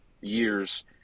years